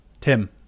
Tim